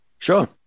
Sure